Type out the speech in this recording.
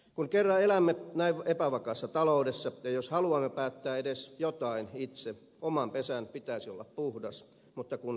kun kerran elämme näin epävakaassa taloudessa ja jos haluamme päättää edes jostain itse oman pesän pitäisi olla puhdas mutta se ei ole